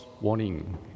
warning